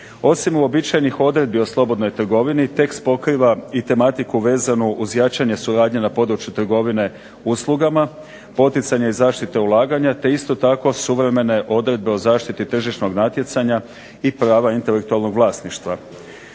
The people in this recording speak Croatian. Osim uobičajenih odredbi o slobodnoj trgovini tekst pokriva i tematiku vezanu uz jačanje suradnje na području trgovine uslugama, poticanje i zaštite ulaganja te isto tako suvremene odredbe o zaštiti tržišnog natjecanja i prava intelektualnog vlasništva.